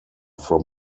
from